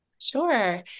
Sure